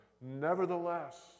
nevertheless